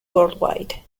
worldwide